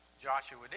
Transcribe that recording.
Joshua